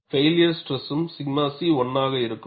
failure ஸ்ட்ரெசும் 𝛔 c 1 ஆக இருக்கும்